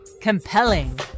Compelling